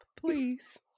Please